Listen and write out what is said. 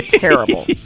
terrible